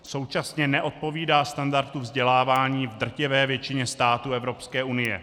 Současně neodpovídá standardu vzdělávání v drtivé většině států Evropské unie.